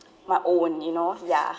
my own you know ya